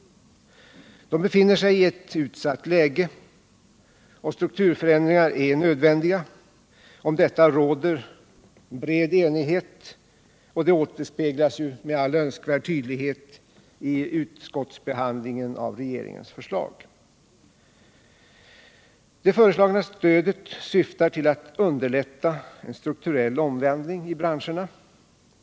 De befinner sig i ett utsatt läge, och strukturförändringar är nödvändiga. Om detta råder en bred enighet, och det återspeglas med all önskvärd tydlighet i utskottsbehandlingen av regeringens förslag. Det föreslagna stödet syftar till att underlätta en strukturell omvandling av branscherna.